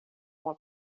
uma